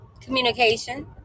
communication